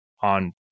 on